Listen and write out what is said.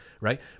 right